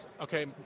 okay